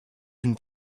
une